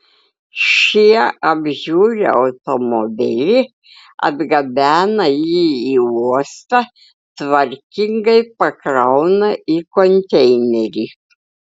šie apžiūri automobilį atgabena jį į uostą tvarkingai pakrauna į konteinerį